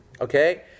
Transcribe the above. Okay